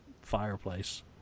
fireplace